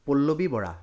Pallavi Bora